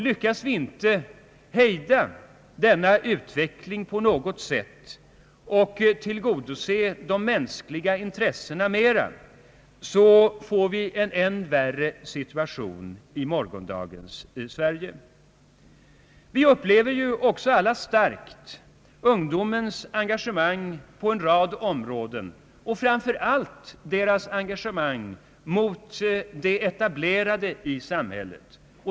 Lyckas vi inte hejda denna utveckling och tillgodose de mänskliga intressena mera, så får vi en än värre situation i morgondagens Sverige. Vi upplever också alla starkt ungdomens engagemang på en rad områden och framför allt dess engagemang mot det etablerade i samhället.